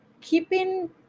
keeping